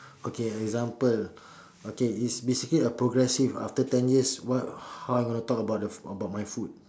okay example okay is basically a progressive after ten years what how I'm gonna talk about the about my food